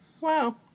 Wow